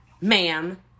ma'am